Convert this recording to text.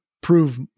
prove